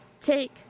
take